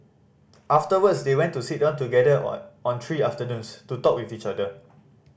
afterwards they want to sit down together on on three afternoons to talk with each other